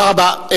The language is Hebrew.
תודה רבה.